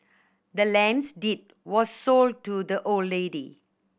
the land's deed was sold to the old lady